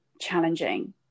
challenging